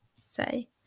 say